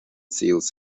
seals